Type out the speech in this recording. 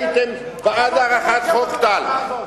הייתם בעד הארכת חוק טל.